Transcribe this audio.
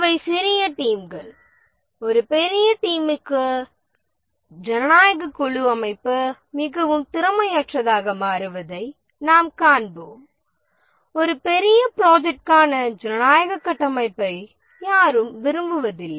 இவை சிறிய டீம்கள் ஒரு பெரிய டீமுக்கு ஜனநாயக குழு அமைப்பு மிகவும் திறமையற்றதாக மாறுவதை நாம் காண்போம் ஒரு பெரிய ப்ரோஜெக்ட்க்கான ஜனநாயக கட்டமைப்பை யாரும் விரும்புவதில்லை